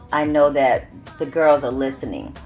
i know that the girls are listening.